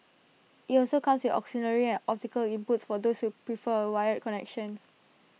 IT also comes with auxiliary and optical inputs for those who prefer A wired connection